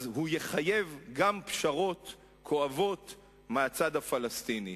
אז הוא יחייב גם פשרות כואבות מהצד הפלסטיני.